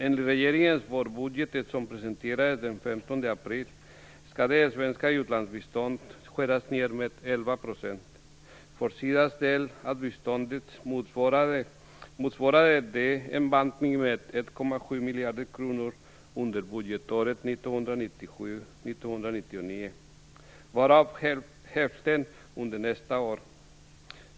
Enligt regeringens vårbudget som presenterades den 15 april skall det svenska utlandsbiståndet skäras ned med 11 %. För SIDA:s del av biståndet motsvarar det en bantning med 1,7 miljarder kronor under budgetåret 1997-1999, varav hälften under nästa år.